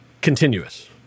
continuous